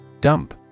Dump